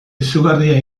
izugarria